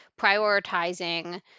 prioritizing